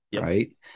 right